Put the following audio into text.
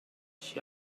she